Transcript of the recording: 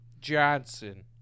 Johnson